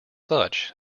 such